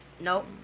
Nope